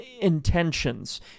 intentions